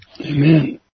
Amen